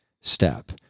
step